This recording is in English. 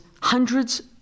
hundreds